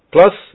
Plus